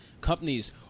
companies